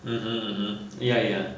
mmhmm mmhmm ya ya